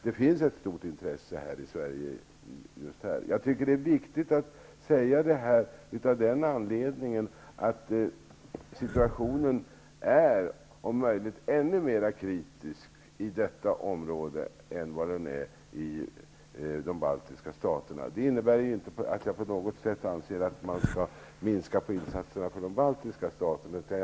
Det finns ett stort intresse i Sverige för just det området. Det är viktigt att framföra detta, eftersom situationen är om möjligt ännu mera kritisk i det området än vad den är i de baltiska staterna. Det innebär inte att jag på något sätt anser att insatserna för de baltiska staterna skall minskas.